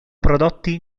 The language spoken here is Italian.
prodotti